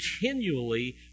continually